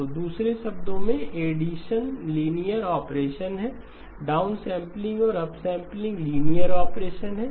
तो दूसरे शब्दों में ऐडीक्षण लीनियर ऑपरेशन है डाउनसैंपलिंग और अपसम्पलिंग लीनियर ऑपरेशन हैं